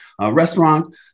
restaurant